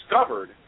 discovered